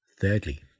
Thirdly